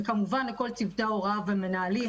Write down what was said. וכמובן, לכל צוותי ההוראה והמנהלים.